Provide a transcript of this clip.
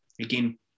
again